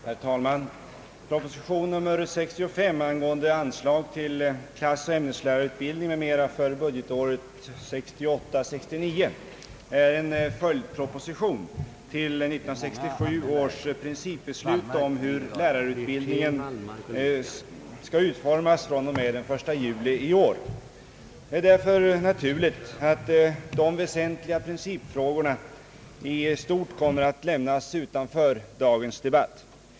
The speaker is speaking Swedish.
Herr talman! Proposition nr 65 angående anslag till klassoch ämneslärarutbildning m.m. för budgetåret 1968/ 69 är en följdproposition till 1967 års principbeslut om hur lärarutbildningen skall utformas fr.o.m. den 1 juli 1968. Det är därför naturligt att de väsentliga principfrågorna i stort kommer att lämnas utanför dagens debatt.